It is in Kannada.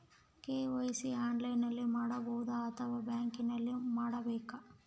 ಕೆ.ವೈ.ಸಿ ಆನ್ಲೈನಲ್ಲಿ ಮಾಡಬಹುದಾ ಅಥವಾ ಬ್ಯಾಂಕಿನಲ್ಲಿ ಮಾಡ್ಬೇಕಾ?